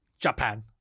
Japan